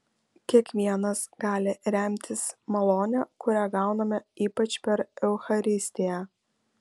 kiekvienas gali remtis malone kurią gauname ypač per eucharistiją